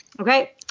Okay